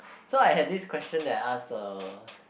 so I had this question that I asked uh